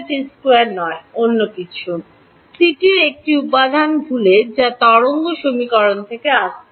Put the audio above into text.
Δt2 নয় অন্য কিছু সিটির একটি উপাদান ভুলে যা তরঙ্গ সমীকরণ থেকে আসছে